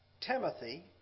Timothy